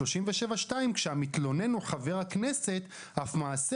בסעיף 37(2) כתוב: "כשהמתלונן הוא חבר הכנסת אף מעשה